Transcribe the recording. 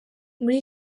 muri